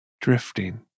drifting